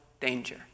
danger